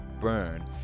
burn